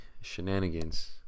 shenanigans